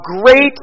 great